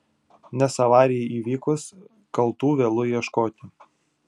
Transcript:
nes avarijai įvykus kaltų vėlu ieškoti